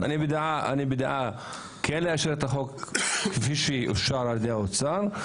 דעתי היא לאשר את החוק כפי שאושר על ידי האוצר,